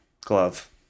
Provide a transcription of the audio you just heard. glove